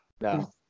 No